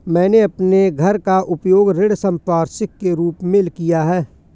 मैंने अपने घर का उपयोग ऋण संपार्श्विक के रूप में किया है